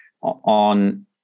on